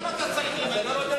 למה אתה צריך למהר?